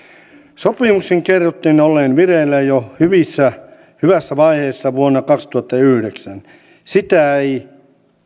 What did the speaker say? sopimuksen kerrottiin olleen vireillä ja jo hyvässä vaiheessa vuonna kaksituhattayhdeksän sitä ei